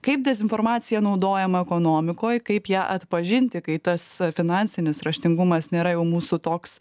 kaip dezinformacija naudojama ekonomikoj kaip ją atpažinti kai tas finansinis raštingumas nėra jau mūsų toks